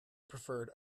preferred